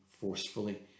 forcefully